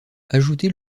ajouter